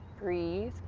breathe,